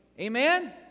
Amen